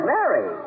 Mary